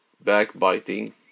backbiting